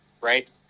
right